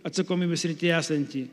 atsakomybės srityje esantį